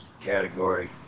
category